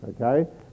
Okay